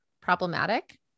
problematic